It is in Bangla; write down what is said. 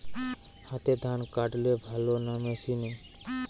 হাতে ধান কাটলে ভালো না মেশিনে?